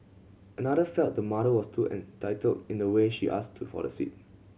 another felt the mother was too entitled in the way she ask to for the seat